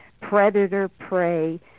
predator-prey